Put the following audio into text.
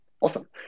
awesome